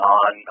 on